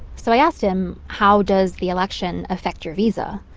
so i asked him, how does the election affect your visa.